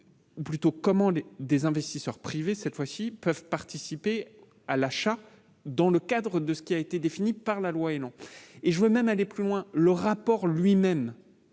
que plutôt commander des investisseurs privés cette fois-ci, peuvent participer à l'achat dans le cadre de ce qui a été définie par la loi et non et je vais même aller plus loin, le rapport lui-même